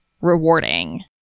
rewarding